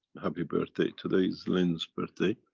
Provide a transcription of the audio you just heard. happy birthday. today is lin's birthday.